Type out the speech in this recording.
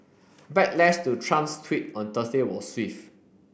backlash to Trump's tweet on Thursday was swift